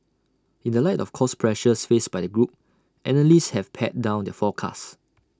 in the light of cost pressures faced by the group analysts have pared down their forecasts